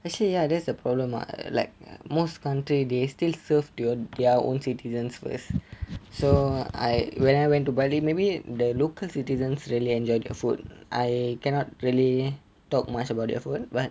actually ya that's the problem like most country they still serve the their their own citizens first so I when I went to bali maybe the local citizens really enjoy their food I cannot really talk much about their food but